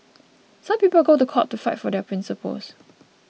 some people go to court to fight for their principles